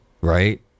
Right